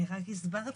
אני רק הסברתי.